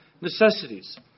necessities